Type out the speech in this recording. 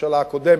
מהממשלה הקודמת,